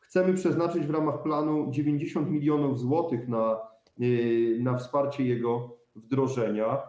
Chcemy przeznaczyć w ramach planu 90 mln zł na wsparcie jego wdrożenia.